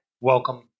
Welcome